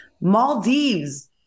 Maldives